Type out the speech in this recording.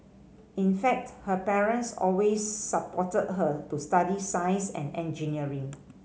in fact her parents always supported her to study science and engineering